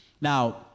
Now